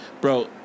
bro